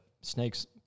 snakes